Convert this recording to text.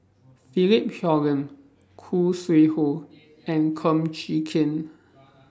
Philip Hoalim Khoo Sui Hoe and Kum Chee Kin